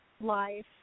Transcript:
life